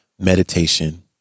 meditation